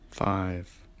Five